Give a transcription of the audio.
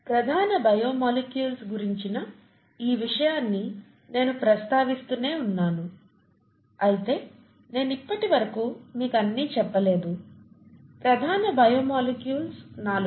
ప్రధాన biomolecules గురించిన ఈ విషయాన్ని నేను ప్రస్తావిస్తూనే ఉన్నాను అయితే నేను ఇప్పటివరకు మీకు అన్నీ చెప్పలేదు ప్రధాన బయో మాలిక్యూల్స్ నాలుగు